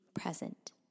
present